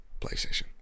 playstation